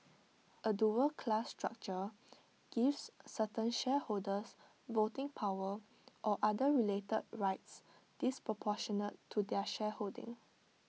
A dual class structure gives certain shareholders voting power or other related rights disproportionate to their shareholding